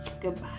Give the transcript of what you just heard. Goodbye